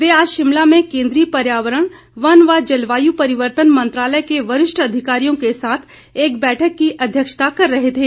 वे आज शिमला में केंद्रीय पर्यावरण वन व जलवायु परिवर्तन मंत्रालय के वरिष्ठ अधिकारियों के साथ एक बैठक की अध्यक्षता कर रहे थे